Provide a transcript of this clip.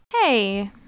Hey